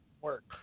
work